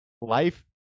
life